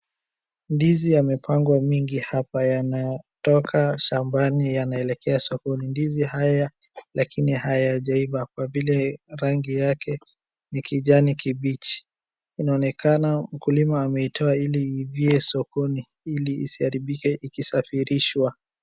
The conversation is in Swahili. Ndizi yamepangwa mingi hapa, yanayotoka shambani yanaelekea sokoni. Ndizi haya lakini hayajaiva kwa vile rangi yake ni kijani kibichi. Inaonekana mkulima ameitoa ili iivie sokoni ili isiharibike ikisafirishwa.